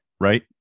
right